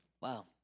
Wow